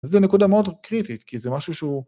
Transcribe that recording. אז זו נקודה מאוד קריטית, כי זה משהו שהוא...